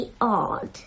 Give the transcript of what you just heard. Odd